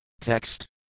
Text